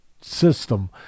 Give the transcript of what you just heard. system